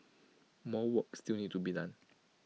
more work still need to be done